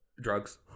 Drugs